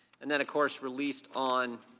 and then of course released on